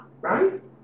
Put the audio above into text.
right